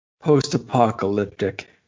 post-apocalyptic